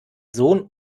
sohn